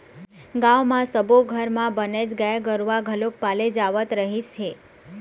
गाँव म सब्बो घर म बनेच गाय गरूवा घलोक पाले जावत रहिस हे